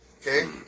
Okay